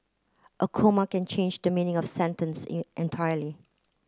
a comma can change the meaning of sentence entirely